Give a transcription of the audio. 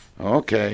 Okay